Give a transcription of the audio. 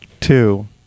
two